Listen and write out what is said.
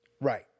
Right